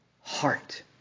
heart